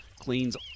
cleans